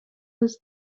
was